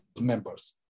members